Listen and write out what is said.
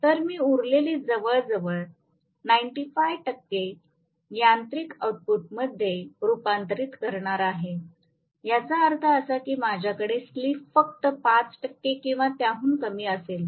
तर मी उरलेले जवळजवळ 95 टक्के यांत्रिक आउटपुटमध्ये रुपांतरित करणार आहे याचा अर्थ असा आहे की माझ्याकडे स्लिप फक्त 5 टक्के किंवा त्याहून कमी असेल